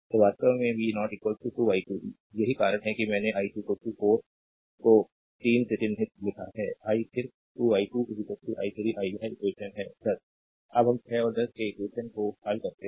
तो वास्तव में v0 2 i2 यही कारण है कि मैंने i2 4 को 3 से नहीं लिखा है आई सिर्फ 2 i2 i3 i यह इक्वेशन है 10 अब हम 6 और 10 के इक्वेशन को हल करते हैं